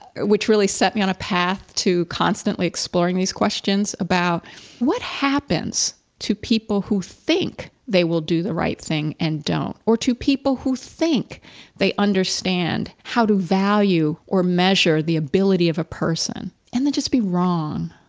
which really set me on a path to constantly exploring these questions about what happens to people who think they will do the right thing, and don't, or to people who think they understand how to value or measure the ability of a person and then just be wrong.